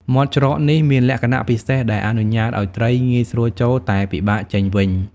មាត់ច្រកនេះមានលក្ខណៈពិសេសដែលអនុញ្ញាតឲ្យត្រីងាយស្រួលចូល តែពិបាកចេញវិញ។